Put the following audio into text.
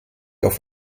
auf